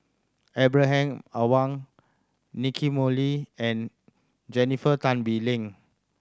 Ibrahim Awang Nicky Moey and Jennifer Tan Bee Leng